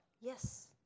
yes